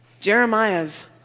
Jeremiah's